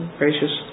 gracious